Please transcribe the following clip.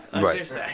Right